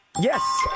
Yes